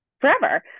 forever